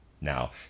Now